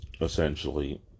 essentially